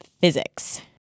physics